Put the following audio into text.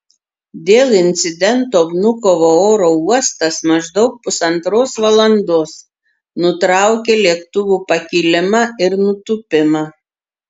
dėl incidento vnukovo oro uostas maždaug pusantros valandos nutraukė lėktuvų pakilimą ir nutūpimą